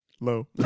Low